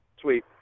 Sweet